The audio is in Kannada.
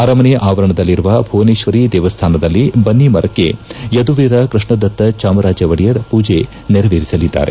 ಅರಮನೆ ಆವರಣದಲ್ಲಿರುವ ಭುವನೇತ್ವರಿ ದೇವಸ್ಥಾನದಲ್ಲಿ ಬನ್ನಿ ಮರಕ್ಕೆ ಯದುವೀರ ಕೃಷ್ಣದತ್ತ ಚಾಮರಾಜ ಒಡೆಯರ್ ಪೂಜೆ ನೆರವೇರಿಸಲಿದ್ದಾರೆ